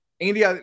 Andy